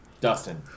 Dustin